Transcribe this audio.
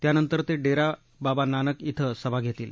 त्यानंतर ते डेरा बाबा नानक इथं सभा घेतील